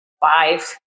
five